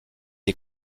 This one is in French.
est